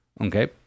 okay